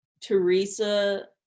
Teresa